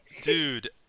dude